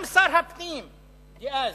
גם שר הפנים דאז,